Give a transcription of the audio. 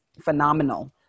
phenomenal